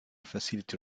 facility